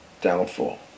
downfall